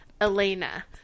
Elena